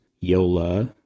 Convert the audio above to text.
Yola